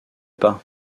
pas